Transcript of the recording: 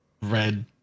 red